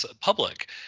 public